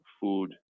food